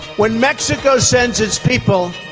when mexico sends its people,